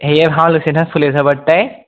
হেৰিয়ে ভাও লৈছে নহয় ফুলেশ্বৰ বৰ্তাই